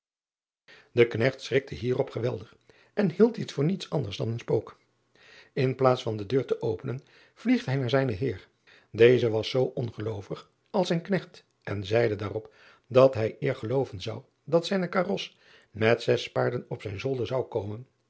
e knecht schrikte hierop geweldig en hield dit voor niets anders dan een spook n plaats van de deur te openen vliegt hij naar zijnen eer eze was zoo ongeloovig als zijn knecht en zeide daarop dat hij eer gelooven zou dat zijne karos met zes paarden op zijn zolder zou komen